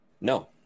No